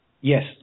Yes